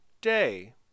day